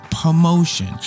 promotion